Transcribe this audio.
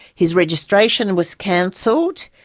his registration was cancelled,